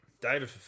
David